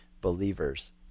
believers